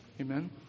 Amen